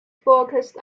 focused